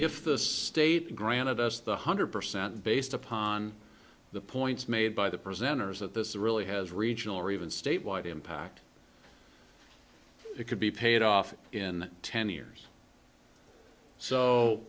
if the state granted us the one hundred percent based upon the points made by the presenters that this really has regional or even statewide impact it could be paid off in ten years so